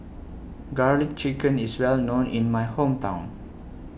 Garlic Chicken IS Well known in My Hometown